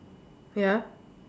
ya